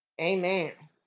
amen